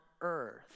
earth